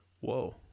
Whoa